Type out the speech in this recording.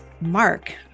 Mark